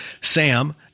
sam